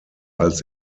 als